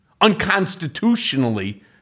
unconstitutionally